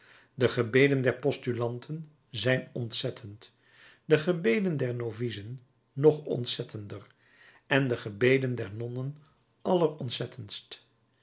de gebeden der postulanten zijn ontzettend de gebeden der novicen nog ontzettender en de gebeden der nonnen